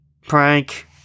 prank